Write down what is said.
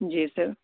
جی سر